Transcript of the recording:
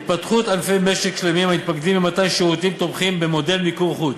התפתחות ענפי משק שלמים המתמקדים במתן שירותים תומכים במודל מיקור חוץ,